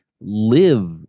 live